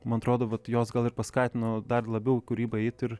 man atrodo vat jos gal ir paskatino dar labiau kūryba eit ir